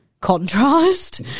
contrast